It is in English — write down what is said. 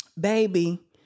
baby